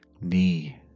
knee